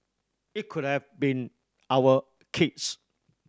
it could have been our kids